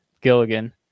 gilligan